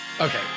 Okay